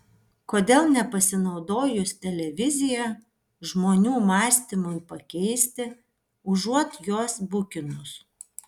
kodėl nepasinaudojus televizija žmonių mąstymui pakeisti užuot juos bukinus